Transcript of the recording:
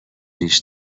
ریش